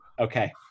Okay